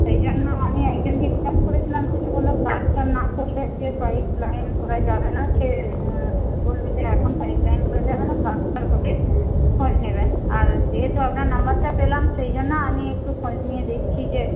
সেই জন্য আমি একজনকে জিজ্ঞাসা করেছিলাম সে বলল প্লাস্টার না করলে যে প্যারিস লাইন করা যাবে না সে বলল যে এখন পাইপলাইন করা যাবে না প্লাস্টার হলে খোঁজ নেবেন আর যেহেতু আপনার নাম্বারটা পেলাম সেই জন্য আমি একটু খোঁজ নিয়ে দেখছি যে